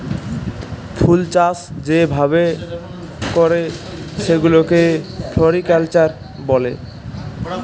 ফুলচাষ যে ভাবে ক্যরে সেগুলাকে ফ্লরিকালচার ব্যলে